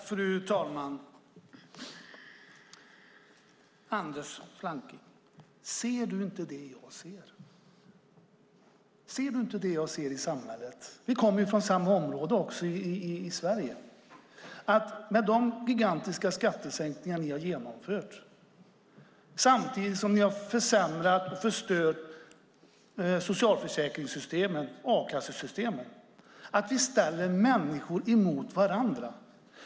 Fru talman! Ser inte Anders Flanking det jag ser i samhället? Vi kommer ju från samma område i Sverige. Med de gigantiska skattesänkningar ni har genomfört samtidigt som ni har försämrat och förstört socialförsäkrings och a-kassesystemen ställs människor mot varandra.